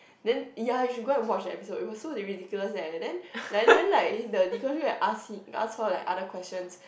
then ya you should go and watch an episode it was so ridiculous and then and then like if the you go him and ask him ask her like other questions